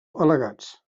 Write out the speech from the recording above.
al·legats